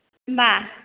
मा